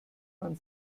man